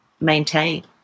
maintain